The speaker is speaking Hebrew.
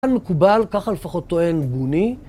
כאן מקובל, ככה לפחות טוען, בוני.